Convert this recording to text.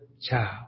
child